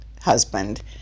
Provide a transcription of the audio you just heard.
husband